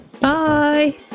Bye